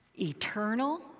eternal